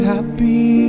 Happy